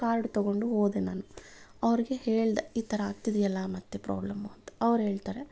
card ತಗೊಂಡು ಹೋದೆ ನಾನು ಅವ್ರಿಗೆ ಹೇಳಿದೆ ಈ ಥರ ಆಗ್ತಿದೆಯಲ್ಲ ಮತ್ತೆ ಪ್ರಾಬ್ಲೆಮ್ಮು ಅಂತ ಅವ್ರು ಹೇಳ್ತಾರೆ